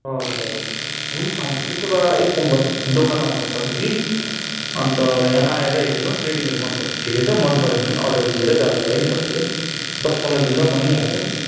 हजुर हजुर हुन्छ हुन्छ त्यसो भए एक काम गर्नु दोकान आउनुहोस् तपाईँ कि अन्त यहाँ आएर हेर्नुहोस् रेडिमेड मनपर्यो भने ठिकै छ मन परेन भने अर्डर दिएर जाँदा भयो नि तपाईँले दस पन्ध्र दिनमा बनिहाल्छ